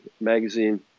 magazine